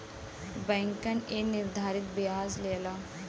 बैंकन एक निर्धारित बियाज लेला